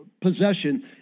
possession